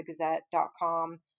thegazette.com